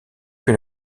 que